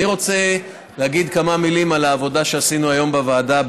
אני רוצה להגיד כמה מילים על העבודה שעשינו היום בוועדה,